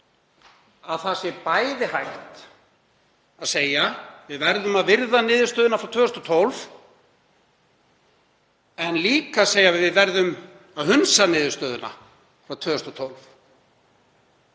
á því að bæði sé hægt að segja: Við verðum að virða niðurstöðuna frá 2012, en líka segja að við verðum að hunsa niðurstöðuna frá 2012.